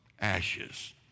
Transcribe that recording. Ashes